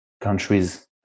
countries